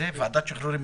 ועדת שחרורים,